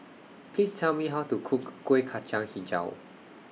Please Tell Me How to Cook Kuih Kacang Hijau